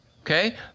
Okay